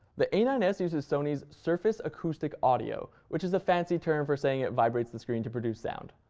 the a nine s uses sony's surface acoustic audio which is a fancy term for saying it vibrates the screen to produce sound.